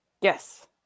Yes